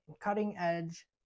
cutting-edge